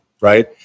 right